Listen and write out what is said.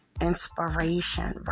inspiration